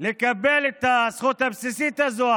לקבל את הזכות הבסיסית הזאת.